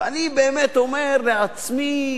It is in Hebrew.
ואני באמת אומר לעצמי,